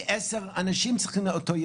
כפי שנאמר,